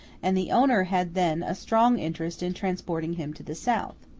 and the owner had then a strong interest in transporting him to the south.